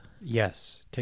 Yes